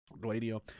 gladio